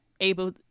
able